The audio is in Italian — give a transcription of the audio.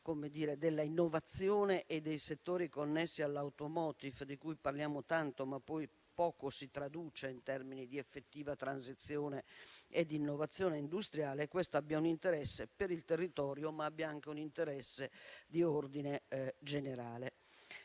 all'innovazione e ai settori connessi all'*automotive,* di cui parliamo tanto, ma di cui poi poco si traduce in termini di effettiva transizione e di innovazione industriale - questo abbia un interesse per il territorio, ma abbia anche un interesse di ordine generale.